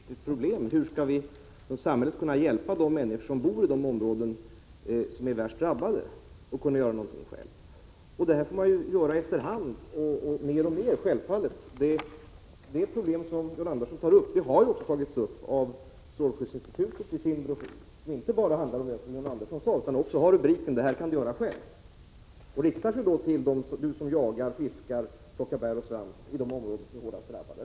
Fru talman! John Andersson tar förvisso upp ett mycket viktigt problem: Hur skall samhället kunna hjälpa människor som bor i de områden som är värst drabbade att kunna göra någonting själva? Samhället måste göra det, mer och mer efter hand. De problem som John Andersson tar upp har också strålskyddsinstitutet tagit upp i sin broschyr, som inte bara handlar om det som John Andersson sade utan också har en rubrik: Det här kan du göra själv. Den informationen riktar sig till dem som jagar, fiskar, plockar bär och svampi de områden som är hårdast drabbade.